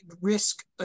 risk